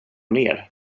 ner